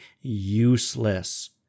useless